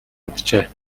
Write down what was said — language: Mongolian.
унтжээ